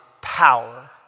power